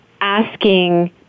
asking